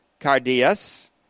cardias